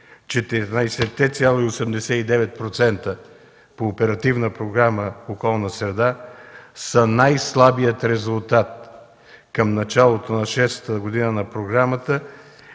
14,89% по Оперативна програма „Околна среда” са най-слабият резултат към началото на шестата година на програмата